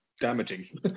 damaging